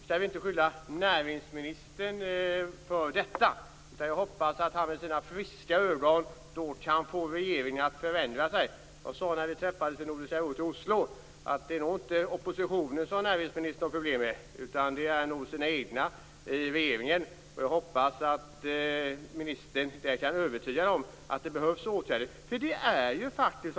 Jag vill inte skylla näringsministern för detta, utan jag hoppas att han med sina friska ögon kan få regeringen att förändra sig. När vi träffades vid Nordiska rådet i Oslo sade jag att det nog inte är oppositionen som näringsministern har problem med utan att det nog är med sina egna i regeringen. Jag hoppas att ministern kan övertyga de andra i regeringen att det behövs åtgärder.